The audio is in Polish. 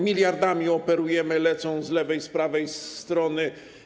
Miliardami operujemy, lecą z lewej i z prawej strony.